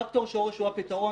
פקטור שורש הוא הפתרון.